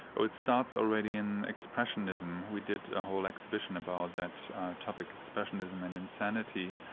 ah it starts already in expressionism. we did a whole exhibition about that topic expressionism and insanity.